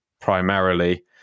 primarily